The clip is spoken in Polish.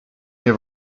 nie